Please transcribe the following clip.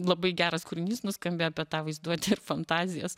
labai geras kūrinys nuskambėjo apie tą vaizduotę fantazijas